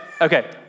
Okay